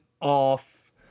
off